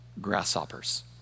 grasshoppers